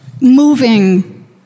moving